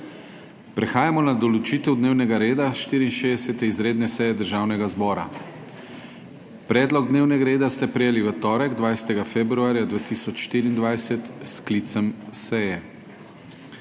Prehajamo na določitev dnevnega reda 64. izredne seje Državnega zbora. Predlog dnevnega reda ste prejeli v torek, 20. februarja 2024, s sklicem seje.